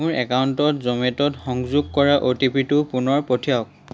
মোৰ একাউণ্টত জমেট'ত সংযোগ কৰা অ'টিপিটো পুনৰ পঠিৱাওক